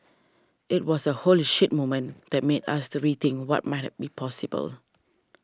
it was a holy shit moment that made us to rethink what might be possible